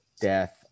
death